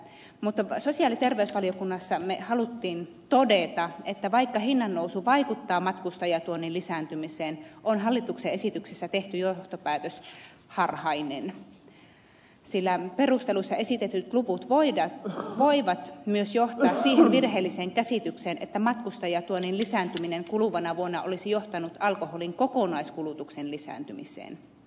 mutta sosiaali ja terveysvaliokunnassa me halusimme todeta että vaikka hinnannousu vaikuttaa matkustajatuonnin lisääntymiseen on hallituksen esityksessä tehty johtopäätös harhainen sillä perusteluissa esitetyt luvut voivat myös johtaa siihen virheelliseen käsitykseen että matkustajatuonnin lisääntyminen kuluvana vuonna olisi johtanut alkoholin kokonaiskulutuksen lisääntymiseen